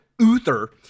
Uther